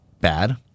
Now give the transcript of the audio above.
bad